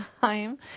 time